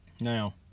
Now